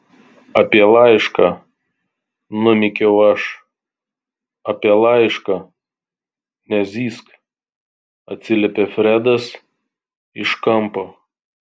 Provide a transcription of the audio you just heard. apie laišką numykiau aš apie laišką nezyzk atsiliepė fredas iš kampo